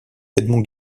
edmond